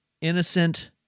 innocent